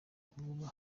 kuvuga